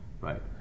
right